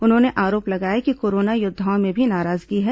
उन्होंने आरोप लगाया कि कोरोना योद्वाओं में भी नाराजगी है